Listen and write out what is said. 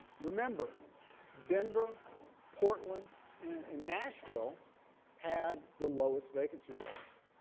remember denver portland and nashville had the lowest vacancy rates.